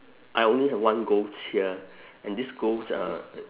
I only have one ghost here and this ghost uh